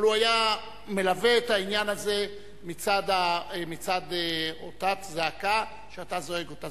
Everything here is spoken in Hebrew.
אבל הוא ליווה את העניין הזה מצד אותה זעקה שאתה זועק אותה,